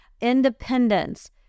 Independence